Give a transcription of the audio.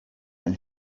and